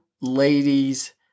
ladies